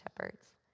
shepherds